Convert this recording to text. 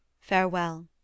Farewell